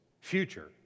Future